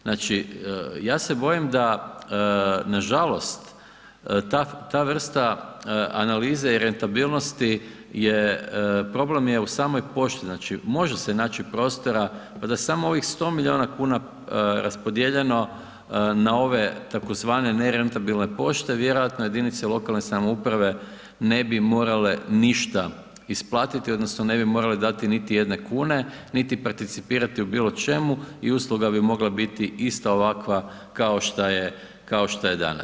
Znači, ja se bojim da nažalost ta vrsta analize i rentabilnosti je, problem je u samoj pošti, znači može se naći prostora pa da je samo ovih 100 milijuna kuna raspodijeljeno na ove tzv. nerentabilne pošte, vjerojatno jedinice lokalne samouprave ne bi morale ništa isplatiti odnosno ne bi morale dati niti jedne kune, niti participirati u bilo čemu i usluga bi mogla biti ista ovakva kao šta je, kao šta je danas.